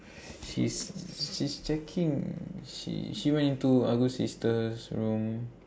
she's she's checking she she went into agust sister's room